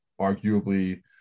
arguably